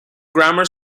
grammar